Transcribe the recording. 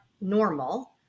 normal